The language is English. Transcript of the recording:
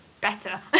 better